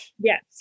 yes